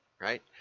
right